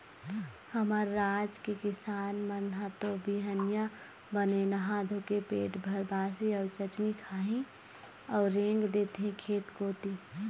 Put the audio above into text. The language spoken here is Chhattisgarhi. हमर राज के किसान मन ह तो बिहनिया बने नहा धोके पेट भर बासी अउ चटनी खाही अउ रेंग देथे खेत कोती